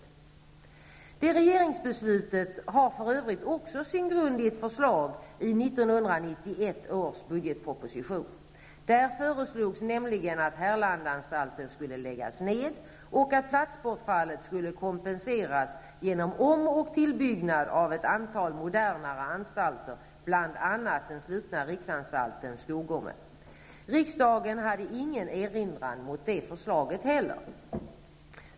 Detta regeringsbeslut har för övrigt också sin grund i ett förslag i 1991 års budgetproposition. Där föreslogs nämligen att Härlandaanstalten skulle läggas ned och att platsbortfallet skulle kompenseras genom om och tillbyggnad av ett antal modernare anstalter, bl.a. av den slutna riksanstalten Skogome. Riksdagen hade inte heller någon erinran mot det förslaget.